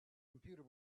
computer